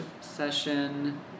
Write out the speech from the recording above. session